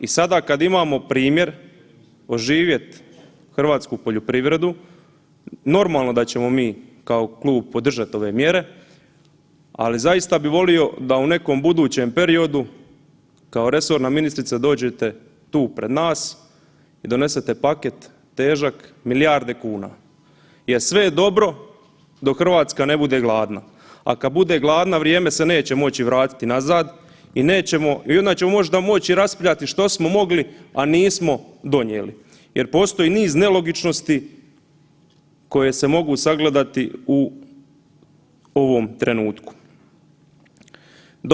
I sada kada imamo primjer oživjet hrvatsku poljoprivredu normalno da ćemo mi kao klub podržat ove mjere, ali zaista bi volio da u nekom budućem periodu kao resorna ministrica dođete tu pred nas i donesete paket težak milijarde kuna jer sve je dobro dok Hrvatska ne bude gladna, a kada bude gladna vrijeme se neće moći vratiti nazad i onda ćemo možda moći raspravljati što smo mogli, a nismo donijeli jer postoji niz nelogičnosti koje se mogu sagledati u ovom trenutku.